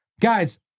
Guys